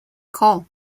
call